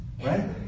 right